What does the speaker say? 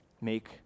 make